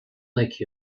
like